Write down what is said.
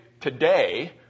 today